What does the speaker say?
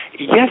Yes